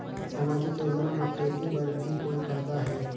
समाजिक योजना म खेती बर भी कोई फायदा है?